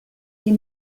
est